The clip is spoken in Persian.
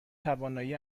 توانایی